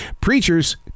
Preachers